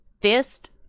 fist